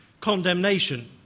condemnation